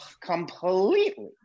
Completely